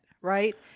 right